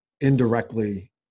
indirectly